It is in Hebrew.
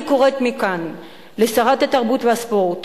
אני קוראת מכאן לשרת התרבות והספורט